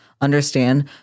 understand